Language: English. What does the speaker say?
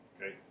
Okay